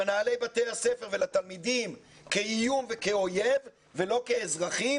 למנהלי בתי הספר ולתלמידים כאיום וכאויב ולא כאזרחים,